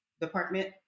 department